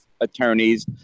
attorneys